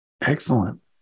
Excellent